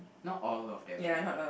not all of them right